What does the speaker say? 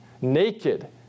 naked